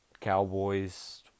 Cowboys